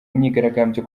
myigaragambyo